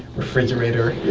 refrigerator.